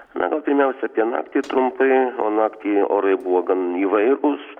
na gal pirmiausia apie naktį trumpai o naktį orai buvo gan įvairūs